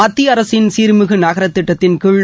மத்திய அரசின் சீர்மிகு நகர திட்டத்தின் கீழ்